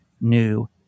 new